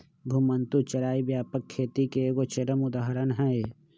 घुमंतू चराई व्यापक खेती के एगो चरम उदाहरण हइ